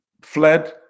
fled